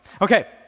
Okay